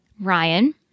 Ryan